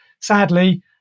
Sadly